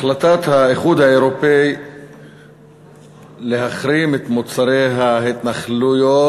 החלטת האיחוד האירופי להחרים את מוצרי ההתנחלויות